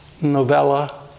novella